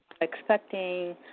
expecting